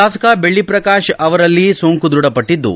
ಶಾಸಕ ದೆಲ್ಲ ಪ್ರಕಾಶ್ ಅವರಲ್ಲಿ ಸೋಂಕು ದೃಢಪಟ್ಟದ್ದು